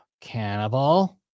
cannibal